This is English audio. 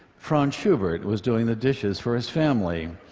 franz schubert was doing the dishes for his family,